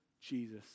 Jesus